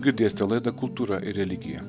girdėsite laidą kultūra ir religija